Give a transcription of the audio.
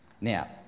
Now